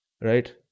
Right